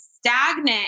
Stagnant